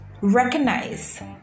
Recognize